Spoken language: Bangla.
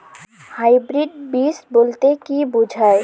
হাইব্রিড বীজ বলতে কী বোঝায়?